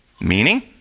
Meaning